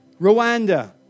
Rwanda